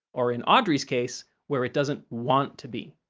or in audrey's case, where it doesn't want to be.